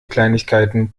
kleinigkeiten